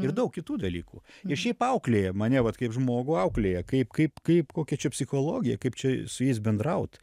ir daug kitų dalykų ir šiaip auklėja mane vat kaip žmogų auklėja kaip kaip kaip kokia čia psichologija kaip čia su jais bendraut